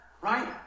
Right